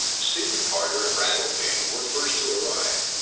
stephen carter and randall king were first to arrive,